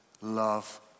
love